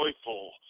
joyful